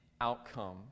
outcome